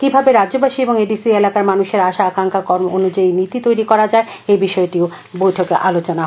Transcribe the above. কিভাবে রাজ্যবাসী এবং এডিসি এলাকার মানুষের আশা আকাঙ্খা অনুযায়ী নীতি তৈরি করা যায় সেই বিষয়টিও বৈঠকে আলোচনা হয়